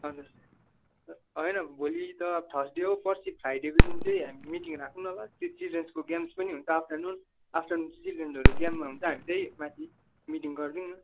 हजुर होइन भोलि त थर्सडे हो पर्सी फ्राइडेको दिन चाहिँ हामी मिटिङ राखौँ न ल चिल्ड्रेन्सको गेम्स पनि हुन्छ आफ्टरनुन आफ्टरनुन चाहिँ चिल्ड्रेन्सहरू गेममा हुन्छ हामी चाहिँ माथि मिटिङ गरिदिउँ न